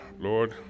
Lord